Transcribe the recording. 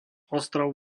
ostrov